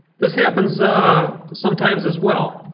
this happens um sometimes as well.